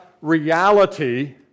reality